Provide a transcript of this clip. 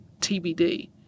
tbd